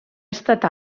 estat